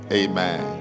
amen